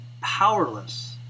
powerless